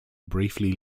briefly